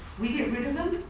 we get rid of him,